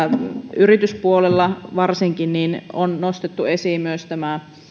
yrityspuolella varsinkin on nostettu esiin myös nämä